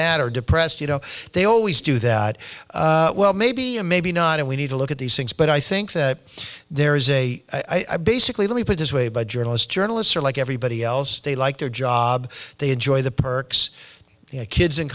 that are depressed you know they always do that well maybe maybe not and we need to look at these things but i think that there is a i basically let me put this way by journalists journalists are like everybody else they like their job they enjoy the perks the kids in